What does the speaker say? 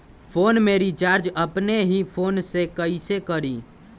Phone में recharge अपने ही फ़ोन से कईसे करी?